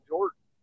Jordan